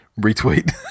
retweet